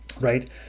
Right